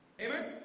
amen